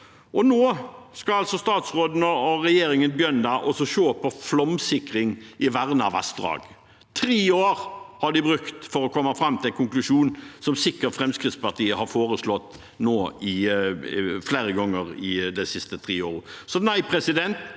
Nå skal altså statsråden og regjeringen begynne å se på flomsikring i vernede vassdrag. Tre år har de brukt på å komme fram til en konklusjon som Fremskrittspartiet sikkert har foreslått flere ganger de siste tre årene.